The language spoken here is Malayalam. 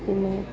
പിന്നേ